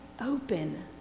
open